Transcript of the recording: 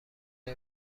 بین